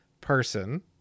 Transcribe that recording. person